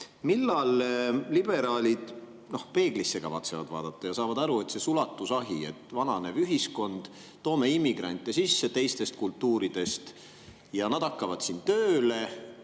Millal liberaalid peeglisse kavatsevad vaadata ja saavad aru, et see sulatusahi – meil on vananev ühiskond, toome immigrante sisse teistest kultuuridest ja nad hakkavad siin tööle